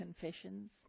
confessions